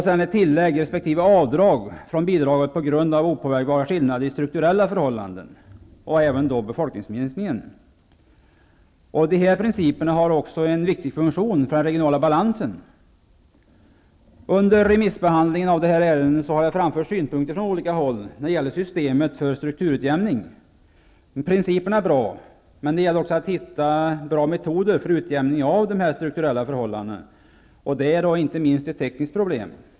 Dessa principer har också en viktig funktion när det gäller att åstadkomma en regional balans. Under remissbehandlingen av det här ärendet har det framförts synpunkter från olika håll när det gäller systemet för strukturutjämning. Principerna är bra, men det gäller också att hitta bra metoder för utjämningen av de strukturella förhållandena. Detta är inte minst ett tekniskt problem.